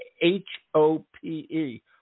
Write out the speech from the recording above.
H-O-P-E